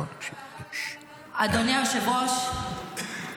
אדוני היושב-ראש,